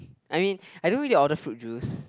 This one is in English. I mean I don't really order fruit juice